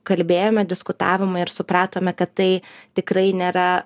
kalbėjome diskutavome ir supratome kad tai tikrai nėra